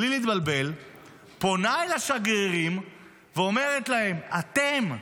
בלי להתבלבל פונה אל השגרירים ואומרת להם: אתם,